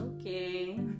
Okay